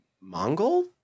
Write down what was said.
Mongol